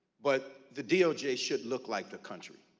but the doj should look like the country.